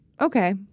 Okay